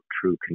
true